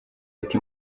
ati